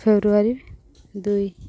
ଫେବୃଆରୀ ଦୁଇ